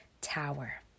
tower